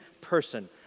person